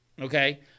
okay